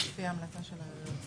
לפי ההמלצה של היועצת המשפטית.